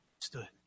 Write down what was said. stood